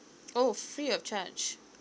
oh free of charge